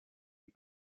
hip